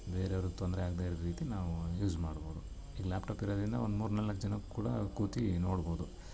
ಬೇರೆಯವ್ರಿಗೆ ತೊಂದರೆ ಆಗದೆ ಇರೋ ರೀತಿ ನಾವೂ ಯೂಸ್ ಮಾಡ್ಬೋದು ಈ ಲ್ಯಾಪ್ಟಾಪ್ ಇರೋದರಿಂದ ಒಂದು ಮೂರು ನಾಲ್ಕು ಜನಕ್ಕೆ ಕೂಡಾ ಕೂತು ನೋಡ್ಬೋದು